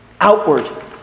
outward